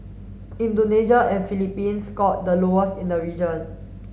Indonesia and Philippines scored the lowest in the region